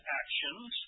actions